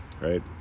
Right